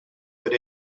but